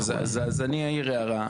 אז אני אעיר הערה.